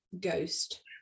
ghost